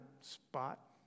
spot